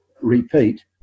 repeat